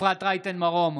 אפרת רייטן מרום,